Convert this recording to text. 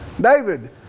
David